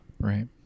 Right